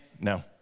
no